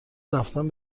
رفتن